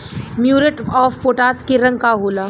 Muriate of potash के रंग का होला?